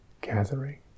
gathering